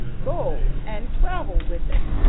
go and travel with it,